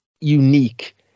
unique